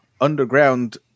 underground